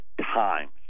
times